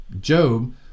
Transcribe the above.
Job